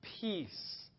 peace